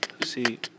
see